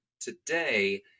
today